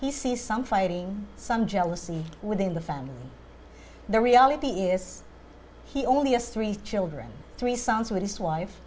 he sees some fighting some jealousy within the family the reality is he only has three children three sons with his wife